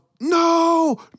no